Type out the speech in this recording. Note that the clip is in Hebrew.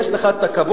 יש לך הכבוד,